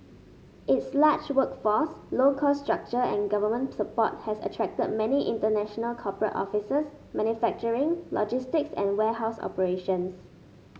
its large workforce low cost structure and government support has attracted many international corporate offices manufacturing logistics and warehouse operations